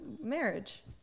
marriage